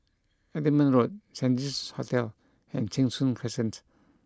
Edinburgh Road Saint Regis Hotel and Cheng Soon Crescent